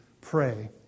pray